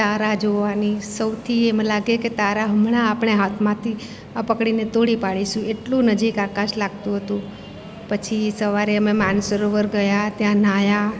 તારા જોવાની સૌથી એમ લાગે કે તારા હમણાં હાથમાં પકડીને તોડી પાડીશું એટલું નજીક આકાશ લાગતું હતું પછી સવારે અમે માનસરોવર ગયા ત્યાં નાહ્યા